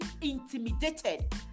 intimidated